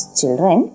children